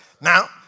Now